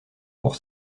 pour